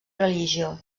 religió